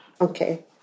Okay